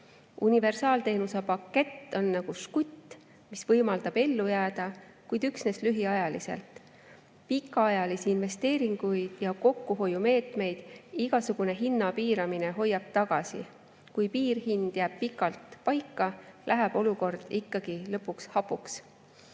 Universaalteenuse pakett on nagu žgutt, mis võimaldab ellu jääda, kuid üksnes lühiajaliselt. Pikaajalisi investeeringuid ja kokkuhoiumeetmeid igasugune hinna piiramine hoiab tagasi. Kui piirhind jääb pikalt paika, läheb olukord ikkagi lõpuks hapuks.